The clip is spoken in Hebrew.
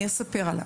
אני אספר עליו.